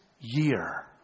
year